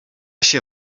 się